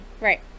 Right